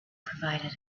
provided